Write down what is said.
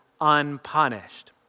unpunished